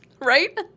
right